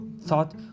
thought